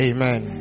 Amen